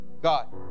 God